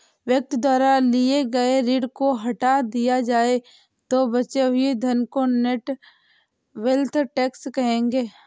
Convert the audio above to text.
व्यक्ति द्वारा लिए गए ऋण को हटा दिया जाए तो बचे हुए धन को नेट वेल्थ टैक्स कहेंगे